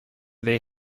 they